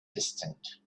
distant